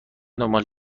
دنبال